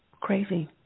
Crazy